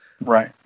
Right